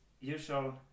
usual